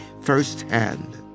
firsthand